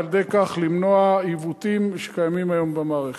ועל-ידי כך למנוע עיוותים שקיימים היום במערכת.